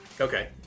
Okay